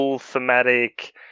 thematic